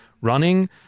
running